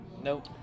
Nope